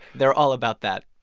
they're all about that.